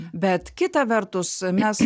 bet kita vertus mes